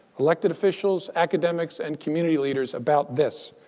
elected officials, academics, and community leaders about this.